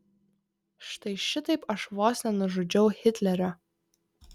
štai šitaip aš vos nenužudžiau hitlerio